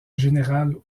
général